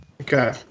Okay